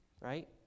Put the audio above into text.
right